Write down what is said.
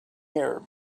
here